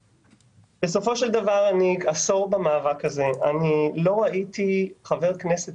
בסופו של דבר אני עשור במאבק הזה ולא ראיתי חבר כנסת